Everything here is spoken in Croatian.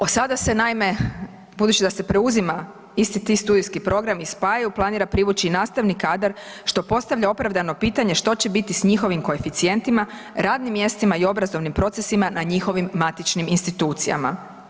Od sada se naime, budući da se preuzima isti ti studijski programi spajaju planira privući i nastavni kadar što postavlja opravdano pitanje što će biti s njihovim koeficijentima, radnim mjestima i obrazovnim procesima na njihovim matičnim institucijama.